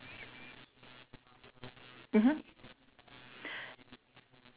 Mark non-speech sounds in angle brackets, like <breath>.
mmhmm <breath>